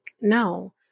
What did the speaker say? no